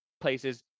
places